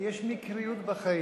כי יש מקריות בחיים.